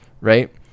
right